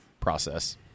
process